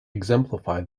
exemplify